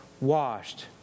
washed